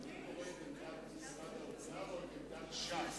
אדוני סגן שר האוצר, זאת עמדת משרד